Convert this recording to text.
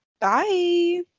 Bye